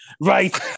right